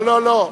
לא לא לא,